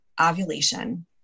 ovulation